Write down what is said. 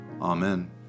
Amen